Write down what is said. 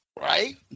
right